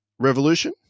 Revolution